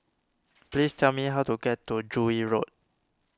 please tell me how to get to Joo Yee Road